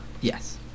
yes